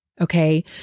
Okay